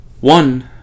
One